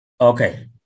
Okay